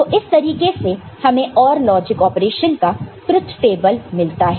तो इस तरीके से हमें OR लॉजिक ऑपरेशन का ट्रुथ टेबल मिलता है